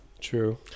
true